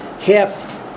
half